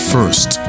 First